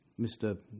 Mr